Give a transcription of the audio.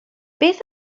beth